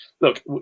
Look